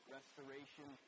Restoration